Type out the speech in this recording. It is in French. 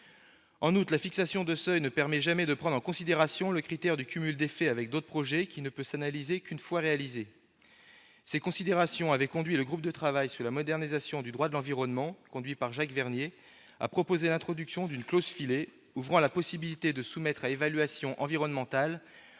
la fixation de seuils ne permet jamais de prendre en considération le critère du cumul d'effets avec d'autres projets, lequel ne peut s'analyser qu'une fois ces projets réalisés. Ces considérations avaient conduit le groupe de travail sur la modernisation du droit de l'environnement, présidé par Jacques Vernier, à proposer l'introduction d'une clause-filet ouvrant la possibilité de soumettre à évaluation environnementale